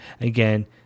again